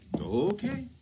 Okay